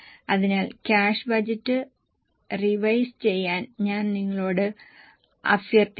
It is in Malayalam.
അതിനാൽ ക്യാഷ് ബജറ്റ് റിവൈസ് ചെയ്യാൻ ഞാൻ നിങ്ങളോട് അഭ്യർത്ഥിക്കും